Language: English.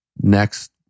next